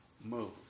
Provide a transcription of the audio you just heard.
move